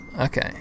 Okay